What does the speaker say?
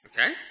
Okay